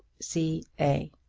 c. a.